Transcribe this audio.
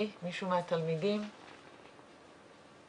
צרכנים, מטפלים בעשרות אלפי תלונות בשנה.